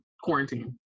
quarantine